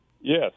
Yes